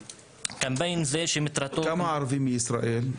כמה ערבים מישראל?